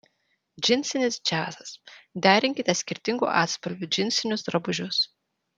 džinsinis džiazas derinkite skirtingų atspalvių džinsinius drabužius